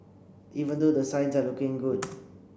even though the signs are looking good